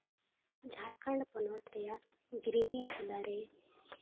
ᱡᱷᱟᱨᱠᱷᱚᱸᱰ ᱯᱚᱱᱚᱛ ᱨᱮᱭᱟᱜ ᱜᱤᱨᱤᱰᱤ ᱡᱮᱞᱟ ᱨᱮ